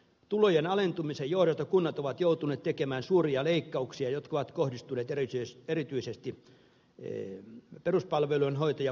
tulojen alentumisen johdosta kunnat ovat joutuneet tekemään suuria leikkauksia jotka ovat kohdistuneet erityisesti peruspalvelujen hoitoon ja vanhuspalveluihin